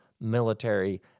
military